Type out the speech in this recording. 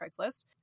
Craigslist